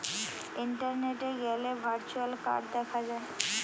ইন্টারনেটে গ্যালে virtual card দেখা যায়